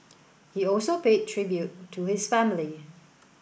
he also paid tribute to his family